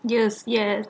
yes yes